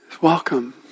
Welcome